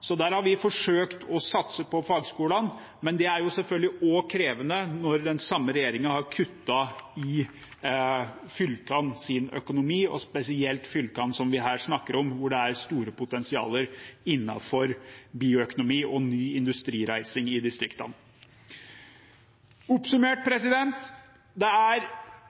Der har vi forsøkt å satse på fagskolene, men det er selvfølgelig krevende når den samme regjeringen har kuttet i fylkenes økonomi, og spesielt fylkene som vi her snakker om, hvor det er store potensialer innenfor bioøkonomi og ny industrireising i distriktene. Oppsummert: Det er